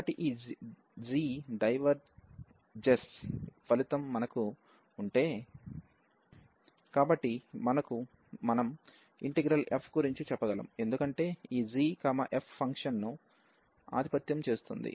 కాబట్టి ఈ g diverge ఫలితం మనకు ఉంటే కాబట్టి మనం ఇంటిగ్రల్ f గురించి చెప్పగలం ఎందుకంటే ఈ g f ఫంక్షన్ను ఆధిపత్యం చేస్తుంది